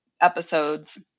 episodes